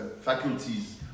faculties